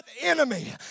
enemy